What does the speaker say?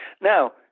Now